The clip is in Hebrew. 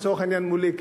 לצורך העניין מולי,